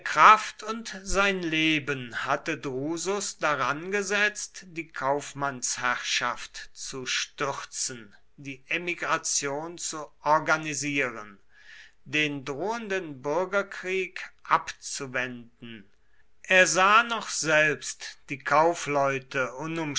kraft und sein leben hatte drusus darangesetzt die kaufmannsherrschaft zu stürzen die emigration zu organisieren den drohenden bürgerkrieg abzuwenden er sah noch selbst die kaufleute